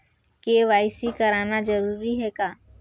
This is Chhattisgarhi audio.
के.वाई.सी कराना जरूरी है का?